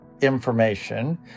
information